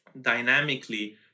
dynamically